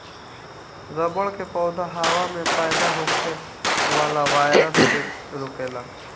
रबड़ के पौधा हवा में पैदा होखे वाला वायरस के रोकेला